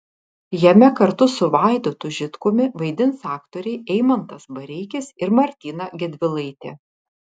jame kartu su vaidotu žitkumi vaidins aktoriai eimantas bareikis ir martyna gedvilaitė